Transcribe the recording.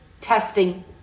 testing